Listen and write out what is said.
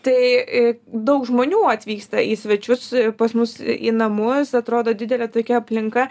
tai daug žmonių atvyksta į svečius pas mus į namus atrodo didelė tokia aplinka